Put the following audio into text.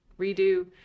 redo